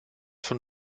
von